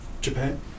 Japan